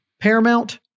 paramount